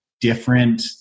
different